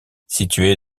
située